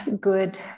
good